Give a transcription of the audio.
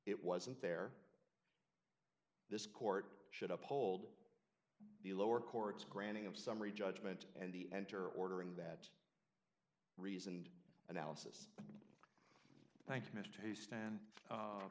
it wasn't there this court should uphold the lower court's granting of summary judgment and the enter ordering that reasoned analysis thank you mr taste and